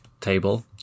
table